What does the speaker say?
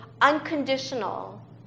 unconditional